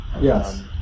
Yes